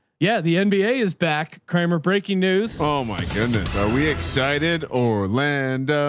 yeah, the and nba is back kramer breaking news. oh my goodness. are we excited or lando?